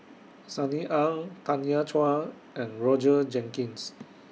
Sunny Ang Tanya Chua and Roger Jenkins